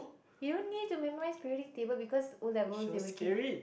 you don't need to memorise periodic table because O-levels they will give